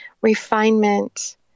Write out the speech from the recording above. refinement